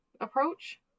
approach